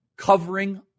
Covering